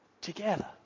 together